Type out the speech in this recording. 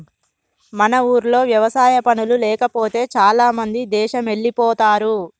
మన ఊర్లో వ్యవసాయ పనులు లేకపోతే చాలామంది దేశమెల్లిపోతారు